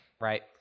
right